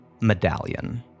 medallion